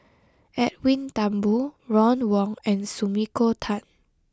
Edwin Thumboo Ron Wong and Sumiko Tan